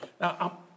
Now